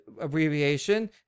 abbreviation